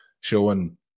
showing